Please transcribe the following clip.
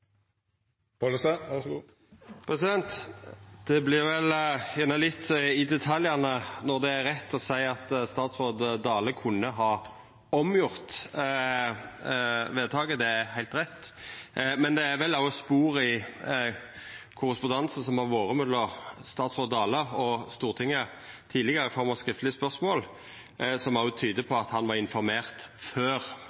Det vert vel gjerne litt i detaljane når det er rett å seia at statsråd Dale kunne ha gjort om vedtaket. Det er heilt rett, men det er vel òg spor i korrespondanse mellom statsråd Dale og Stortinget tidlegare, i form av skriftlege spørsmål, som tyder på